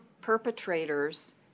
perpetrators